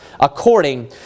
according